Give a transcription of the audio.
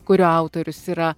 kurio autorius yra